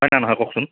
হয় না নহয় কওকচোন